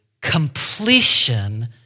completion